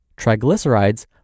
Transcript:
triglycerides